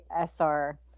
SR